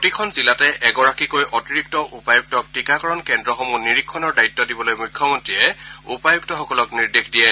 প্ৰতিখন জিলাতে এগৰাকীকৈ অতিৰিক্ত উপায়ুক্তক টিকাকৰণ কেন্দ্ৰসমূহ নিৰীক্ষণৰ দায়িত্ দিবলৈ মুখ্যমন্ত্ৰীয়ে উপায়ুক্তসকলক নিৰ্দেশ দিয়ে